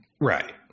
Right